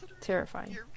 terrifying